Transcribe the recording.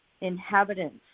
inhabitants